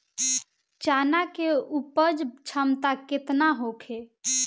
चना के उपज क्षमता केतना होखे?